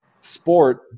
sport